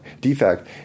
defect